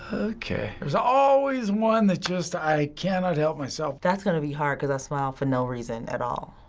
okay. there's always one that just i can not help myself. that's gonna be hard, cause i smile for no reason at all.